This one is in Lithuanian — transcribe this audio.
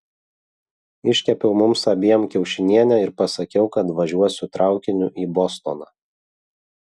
iškepiau mums abiem kiaušinienę ir pasakiau kad važiuosiu traukiniu į bostoną